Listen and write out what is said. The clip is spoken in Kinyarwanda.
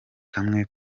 kamwe